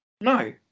No